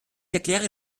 erkläre